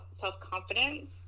self-confidence